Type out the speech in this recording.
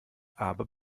aber